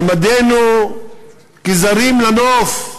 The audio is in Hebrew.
מעמדנו כזרים לנוף,